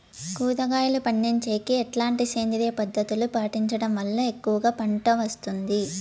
కూరగాయలు పండించేకి ఎట్లాంటి సేంద్రియ పద్ధతులు పాటించడం వల్ల ఎక్కువగా పంట వస్తుంది?